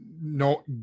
no